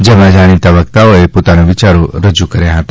જેમાં જાણીતા વક્તાઓને પોતાના વિયાર રજૂ કર્યા હતા